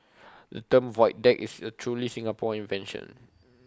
the term void deck is A truly Singapore invention